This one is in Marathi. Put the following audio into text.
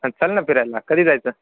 हां चल ना फिरायला कधी जायचं